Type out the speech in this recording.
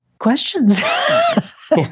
questions